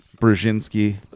Brzezinski